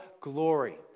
glory